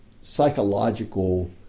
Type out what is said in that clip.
psychological